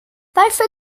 varför